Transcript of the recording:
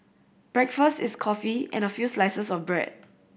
breakfast is coffee and a few slices of bread